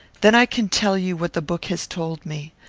then i can tell you what the book has told me.